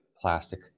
plastic